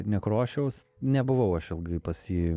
nekrošiaus nebuvau aš ilgai pas jį